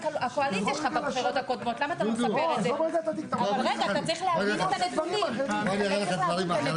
מחילוק קולותיה הכשרים למודד; (5)לכל רשימה משתתפת